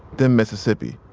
then mississippi,